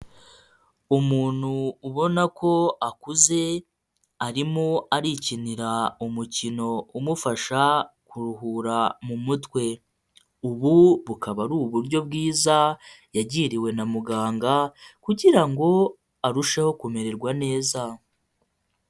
Umuntu ubona ko akuze arimo arikinira umukino umufasha kuruhura mu mutwe, ubu bukaba ari uburyo bwiza yagiriwe na muganga kugira ngo arusheho kumererwa neza.